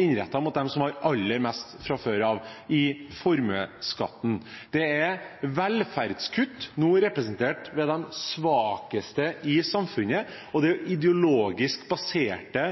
innrettet mot dem som har aller mest fra før av – i formuesskatten – det er velferdskutt, nå representert ved de svakeste i samfunnet. Det er ideologisk baserte